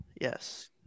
yes